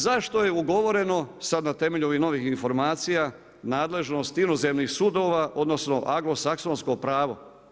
Zašto je ugovoreno sada na temelju ovih novih informacija nadležnost inozemnih sudova, odnosno anglosaksonsko pravo?